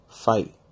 fight